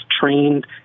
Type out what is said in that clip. trained